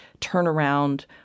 turnaround